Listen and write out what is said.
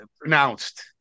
pronounced